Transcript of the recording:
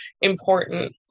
important